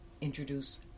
introduce